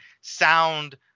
sound